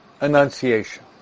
Annunciation